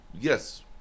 yes